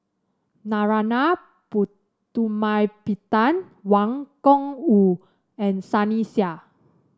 Narana Putumaippittan Wang Gungwu and Sunny Sia